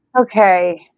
okay